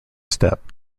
step